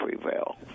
prevail